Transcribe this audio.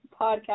podcast